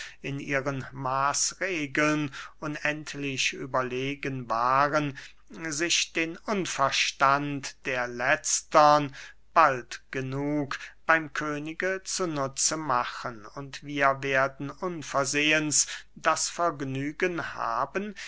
in ihren maßregeln unendlich überlegen waren sich den unverstand der letztern bald genug beym könige zu nutze machen und wir werden unversehens das vergnügen haben